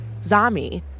Zami